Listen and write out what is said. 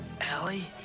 Allie